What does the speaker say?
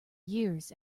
years